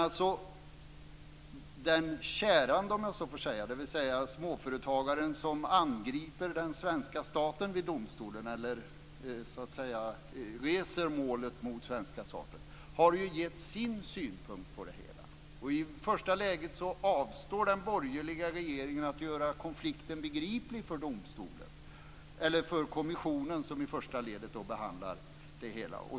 Men den kärande, om jag så får säga, dvs. småföretagaren som så att säga reser målet mot och angriper den svenska staten vid domstolen, har ju gett sin synpunkt på det hela. I första läget avstår den borgerliga regeringen från att göra konflikten begriplig för domstolen eller för kommissionen, som i första ledet behandlar ärendet.